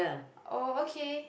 oh okay